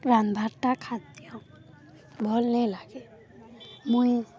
ରାନ୍ଧ୍ବାର୍ଟା ଖାଦ୍ୟ ଭଲ୍ ନାଇଁ ଲାଗେ ମୁଇଁ